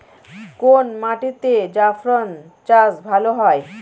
কোন মাটিতে জাফরান চাষ ভালো হয়?